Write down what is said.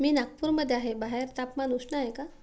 मी नागपूरमध्ये आहे बाहेर तापमान उष्ण आहे का